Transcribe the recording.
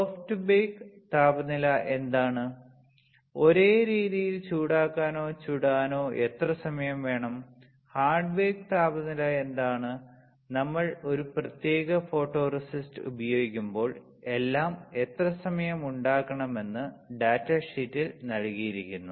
soft bake താപനില എന്താണ് ഒരേ രീതിയിൽ ചൂടാക്കാനോ ചുടാനോ എത്ര സമയം വേണം ഹാർഡ് ബേക്ക് താപനില എന്താണ് നമ്മൾ ഒരു പ്രത്യേക ഫോട്ടോറെസിസ്റ്റ് ഉപയോഗിക്കുമ്പോൾ എല്ലാം എത്ര സമയം ഉണ്ടാക്കണമെന്ന് ഡാറ്റ ഷീറ്റിൽ നൽകിയിരിക്കുന്നു